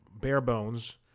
bare-bones